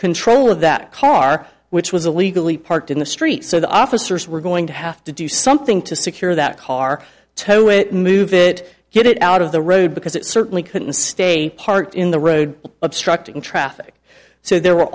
control of that car which was illegally parked in the street so the officers were going to have to do something to secure that car tow it move it get it out of the road because it certainly couldn't stay parked in the road obstructing traffic so there were